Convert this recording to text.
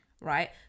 right